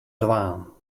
dwaan